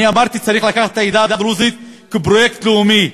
אמרתי: צריך לקחת את העדה הדרוזית כפרויקט לאומי,